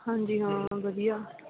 ਹਾਂਜੀ ਹਾਂ ਵਧੀਆ